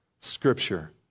Scripture